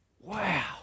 wow